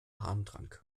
harndrang